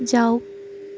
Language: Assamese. যাওক